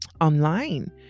online